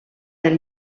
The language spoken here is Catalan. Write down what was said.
del